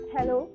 Hello